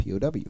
POW